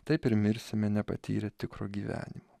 taip ir mirsime nepatyrę tikro gyvenimo